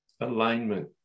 Alignment